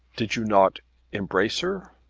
did you not embrace her?